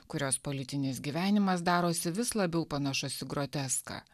kurios politinis gyvenimas darosi vis labiau panašus į groteską